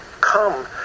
come